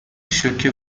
شوکه